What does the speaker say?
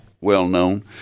well-known